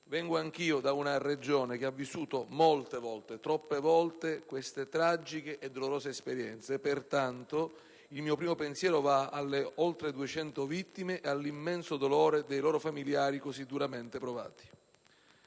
Vengo anch'io da una Regione che ha vissuto molte volte, troppe, queste tragiche e dolorose esperienze; pertanto il mio primo pensiero va alle oltre 200 vittime e all'immenso dolore dei loro familiari così duramente provati.